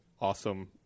awesome